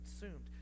consumed